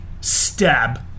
stab